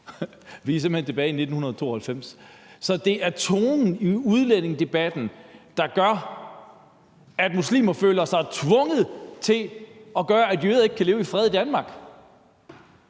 Vi er simpelt hen tilbage i 1992. Så det er tonen i udlændingedebatten, der gør, at muslimer føler sig tvunget til at gøre noget, så jøder ikke kan leve i fred i Danmark.